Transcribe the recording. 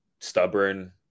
stubborn